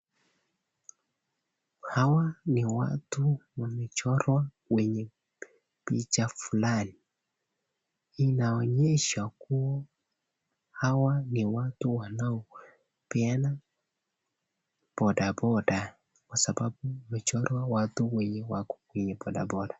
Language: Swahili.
Hawa ni watu wamechorwa kwenye picha fulani. Inaonyesha kuwa hawa ni watu wanaopeana bodaboda kwa sababu michoro ni watu wenye wako kwenye bodaboda.